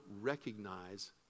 recognize